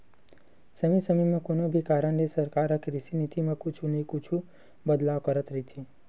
समे समे म कोनो भी कारन ले सरकार ह कृषि नीति म कुछु न कुछु बदलाव करत रहिथे